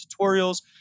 tutorials